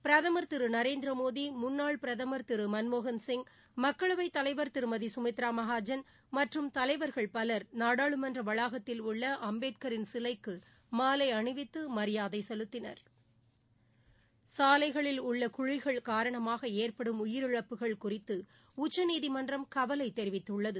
பிரதுண் திரு நரேந்திர மோடி முன்னாள் பிரதமர் திரு மன்மோகள் சிங் மக்களவைத் தலைவர் திருமதி கமித்ரா மகாஜன் மற்றும் தலைவர்கள் பவர் நாடாளுமன்ற வளாகத்தில் உள்ள அம்பேத்சரின் சிலைக்கு மாலை அணிவித்து மரியாதை செலுத்தினர் சாலைகளில் உள்ள குழிகள் காரணமாக ஏற்பாடும் உயிரிழப்புகள் குறித்து உச்சநீதிமன்றம் கவலை தெரிவித்துள்ளது